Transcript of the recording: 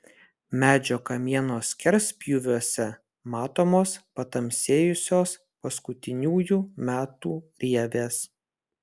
medžio kamieno skerspjūviuose matomos patamsėjusios paskutiniųjų metų rievės